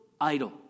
idol